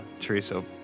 Chorizo